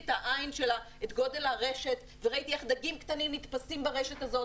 את גודל הרשת וראיתי איך דגים קטנים נתפסים ברשת הזאת